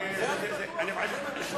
בזה אני בטוח,